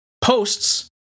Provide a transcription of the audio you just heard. posts